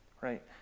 right